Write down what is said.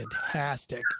fantastic